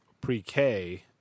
pre-K